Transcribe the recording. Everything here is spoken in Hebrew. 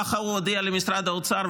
כך הוא הודיע למשרד האוצר,